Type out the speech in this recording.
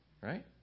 right